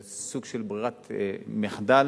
זה סוג של ברירת מחדל